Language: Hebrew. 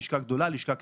אם לשכה גדולה או קטנה,